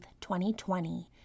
2020